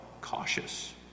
cautious